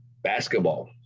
basketball